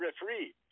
referee